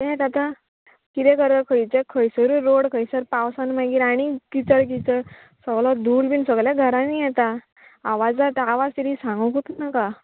तेंत आतां कितें करप खंयचें खंयसरूय रोड खंयसर पावसान मागीर आणी किचड किचड सगलो धूल बीन सगल्या घरांनी येता आवाज जाता आवाज तरी सांगूंकूच नाका